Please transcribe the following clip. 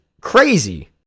crazy